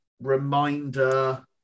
reminder